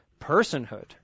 personhood